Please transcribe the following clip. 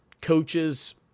coaches